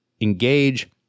engage